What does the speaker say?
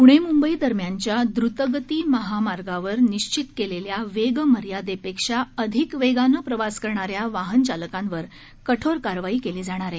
प्णे म्ंबई दरम्यानच्या द्रतगती महामार्गावर निश्चित केलेल्या वेगमर्यादेपेक्षा अधिक वेगाने प्रवास करणाऱ्या वाहन चालकांवर कठोर कारवाई केली जाणार आहे